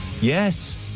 Yes